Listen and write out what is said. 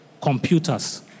computers